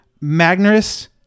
Magnus –